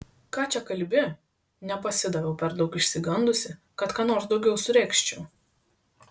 ką čia kalbi nepasidaviau per daug išsigandusi kad ką nors daugiau suregzčiau